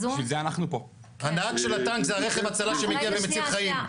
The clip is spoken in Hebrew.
הנהג של הטנק זה הרכב הצלה שמגיע ומציל חיים,